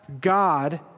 God